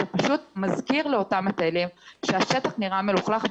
שמזכיר לאותם מטיילים שהשטח נראה מלוכלך,